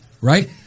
right